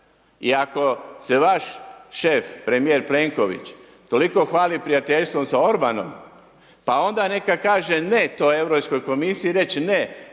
i ako se vaš šef, premijer Plenković toliko hvali prijateljstvom sa Orbanom, pa onda neka kaže ne toj Europskoj komisiji, reći ne,